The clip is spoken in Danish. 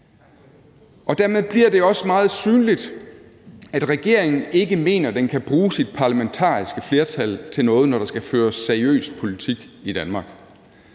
om. Dermed bliver det også meget synligt, at regeringen ikke mener, at den kan bruge sit parlamentariske flertal til noget, når der skal føres seriøs politik i Danmark.